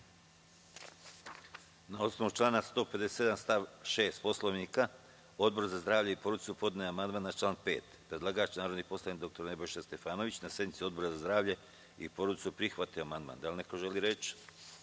osnovu člana 157. stav 6. Poslovnika, Odbor za zdravlje i porodicu podneo je amandman na član 5.Predlagač, narodni poslanik dr Nebojša Stefanović, na sednici Odbora za zdravlje i porodicu prihvatio je amandman. Da li neko želi reč?